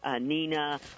Nina